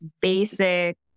basic